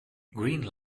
greene